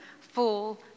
full